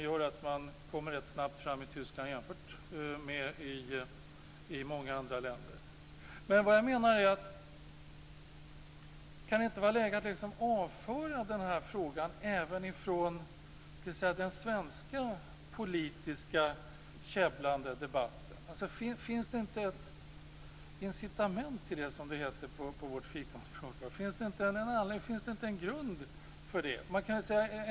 Därför går det rätt snabbt fram i Tyskland jämfört med många andra länder. Kan det inte vara läge att avföra frågan från den svenska politiska käbblande debatten? Finns det inte incitament - som det heter på vårt fikonspråk?